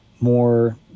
more